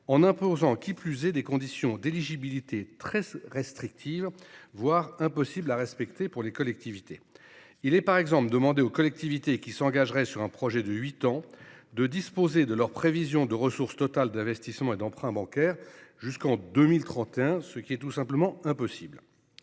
imposant qui plus est des conditions d’éligibilité très restrictives, voire impossibles à respecter pour les collectivités. Il est par exemple demandé à celles qui s’engageraient dans un projet de huit ans de disposer de leurs prévisions de ressources totales d’investissements et d’emprunts bancaires jusqu’en 2031, ce qui est simplement impossible.